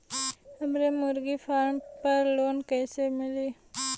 हमरे मुर्गी फार्म पर लोन कइसे मिली?